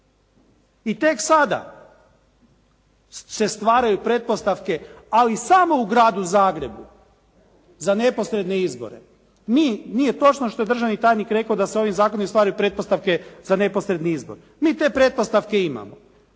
I tek sada se stvaraju pretpostavke, ali samo u Gradu Zagrebu za neposredne izbore. Mi, nije točno što je državni tajnik rekao da su ovi zakoni ustvari pretpostavke za neposredni izbor. Mi te pretpostavke imamo.